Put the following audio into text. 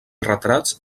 retrats